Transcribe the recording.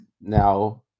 now